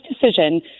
decision